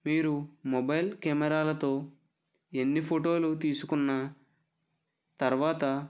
మీరు మొబైల్ కెమెరాలతో ఎన్ని ఫోటోలు తీసుకున్నా తరువాత